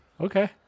Okay